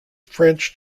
french